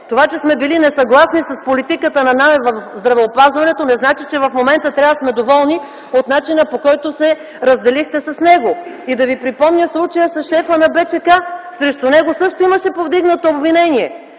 Това, че сме били несъгласни с политиката на Нанев в здравеопазването, не означава, че в момента трябва да сме доволни от начина, по който се разделихте с тях. Да Ви припомня случая с шефа на БЧК. Срещу него също имаше повдигнато обвинение,